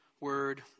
word